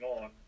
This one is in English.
on